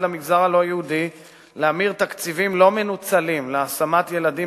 למגזר הלא-יהודי להמיר תקציבים לא מנוצלים להשמת ילדים